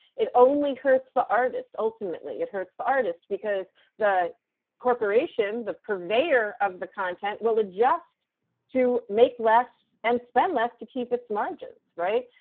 it only hurts the artists. ultimately, it hurts the artists, because the corporation, the purveyor of the content will adjust to make less and spend less to keep its margins. right,